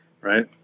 right